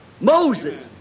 Moses